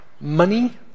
money